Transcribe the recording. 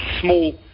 small